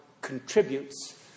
contributes